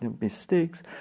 mistakes